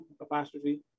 Apostrophe